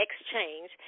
Exchange